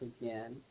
again